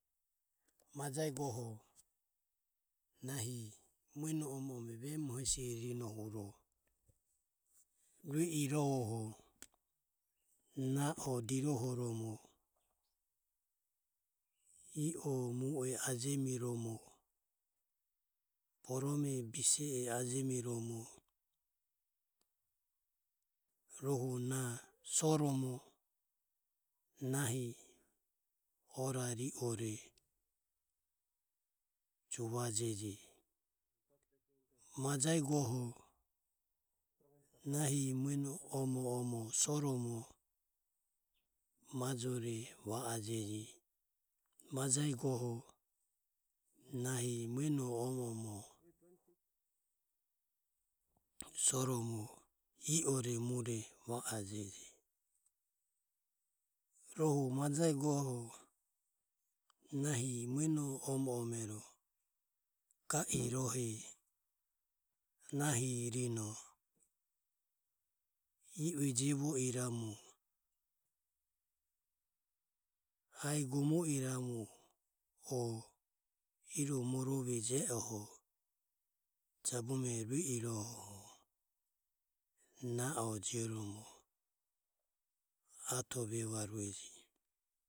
Nahi mueno omo ome vemu hesirinoho rue iroho na o dirohoromo i o mue e ajemiromo borome bise e ajemiromo rohu na soromo nahi orariore juvajeje. Majae goho nahi mueno omo omoho soromo majore va ajeje rohu nahi mueno omo omoho soromo i o mure va ajeje, rohu majae goho nahi mueno omo omero ga irohe nahi rinoho i ue jevo iramu iae gomo iramu o iro morove je oho jabume rue iroho na o jioromo ato vevarueje.